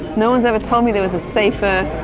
no one's ever told me there was a safer,